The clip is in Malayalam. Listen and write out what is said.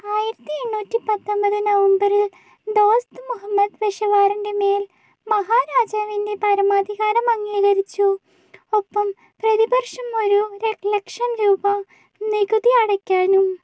ആയിരത്തി എണ്ണൂറ്റി പത്തൊൻപത് നവംബറിൽ ദോസ്ത് മുഹമ്മദ് പെഷവാറിൻ്റെ മേൽ മഹാരാജാവിൻ്റെ പരമാധികാരം അംഗീകരിച്ചു ഒപ്പം പ്രതിവർഷം ഒരു ലക്ഷം രൂപ നികുതി അടയക്കാനും